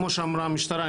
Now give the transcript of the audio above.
כמו שאמרה המשטרה,